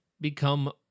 become